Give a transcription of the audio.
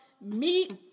meet